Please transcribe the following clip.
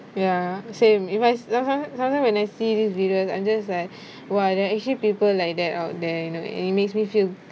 ya same if I sometimes sometimes when I see these videos I'm just like !wah! there are actually people like that out there you know and it makes me feel